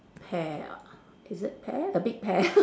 pear ah is it pear a big pear